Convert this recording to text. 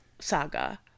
saga